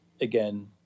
again